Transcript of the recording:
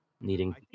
needing